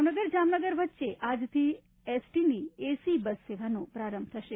ભાવનગર જામનગર વચ્ચે આજથી એસટીની એસી બસ સેવાનો પ્રારંભ થશે